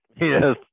Yes